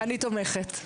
אני תומכת.